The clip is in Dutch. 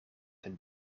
hun